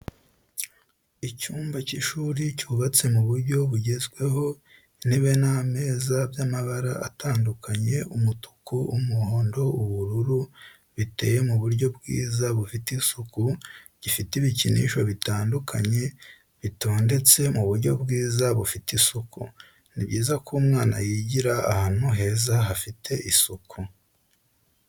Icyumba cy'ishuri cyubatse mu buryo bugezweho intebe n'ameza by'amabara atandukanye umutuku, umuhondo, ubururu, biteye mu buryo bwiza bifite isuku, gifite ibikinisho bitandukanye bitondetse mu buryo bwiza bufite isuku. Ni byiza ko umwana yigira ahantu heza hafite isuku.